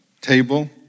table